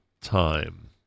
time